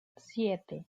siete